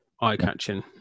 Eye-catching